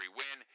win